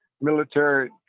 military